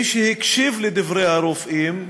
מי שהקשיב לדברי הרופאים,